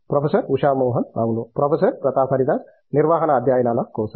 professor Usha Mohan అవును professor Pratap Haridas నిర్వహణ అధ్యయనాల కోసం